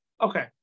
Okay